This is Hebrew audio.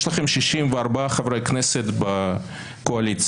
יש לכם 64 חברי כנסת בקואליציה,